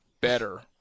better